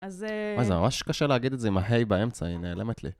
אז, מה, זה ממש קשה להגיד את זה עם ה ה' באמצע, היא נעלמת לי.